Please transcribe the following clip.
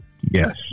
Yes